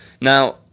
Now